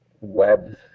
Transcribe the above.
web